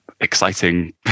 exciting